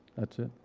that's it.